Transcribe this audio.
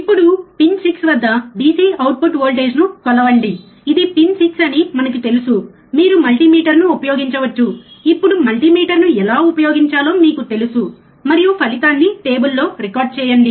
ఇప్పుడు పిన్ 6 వద్ద DC output వోల్టేజ్ను కొలవండి ఇది పిన్ 6 అని మనకు తెలుసు మీరు మల్టీమీటర్ను ఉపయోగించవచ్చు ఇప్పుడు మల్టీమీటర్ను ఎలా ఉపయోగించాలో మీకు తెలుసు మరియు ఫలితాన్ని టేబుల్లో రికార్డ్ చేయండి